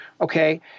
Okay